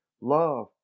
love